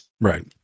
right